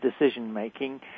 decision-making